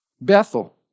Bethel